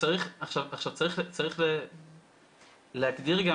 צריך להגדיר גם